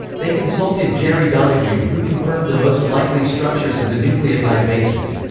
they consulted jerry donohue who confirmed the most likely structures of the nucleotide bases.